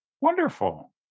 Wonderful